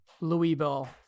Louisville